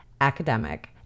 academic